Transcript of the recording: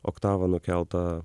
oktavą nukeltą